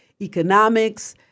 economics